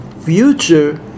future